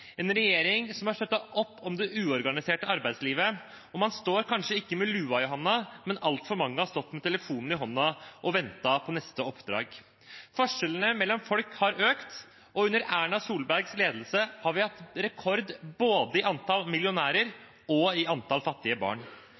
en regjering som har støttet opp om det uorganiserte arbeidslivet. Man står kanskje ikke med lua i hånda, men altfor mange har stått med telefonen i hånda og ventet på neste oppdrag. Forskjellene mellom folk har økt, og under Erna Solbergs ledelse har vi hatt rekord både i antall millionærer og i antall fattige barn.